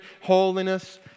holiness